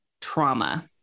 trauma